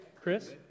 Chris